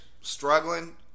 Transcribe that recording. struggling